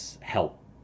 help